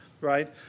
right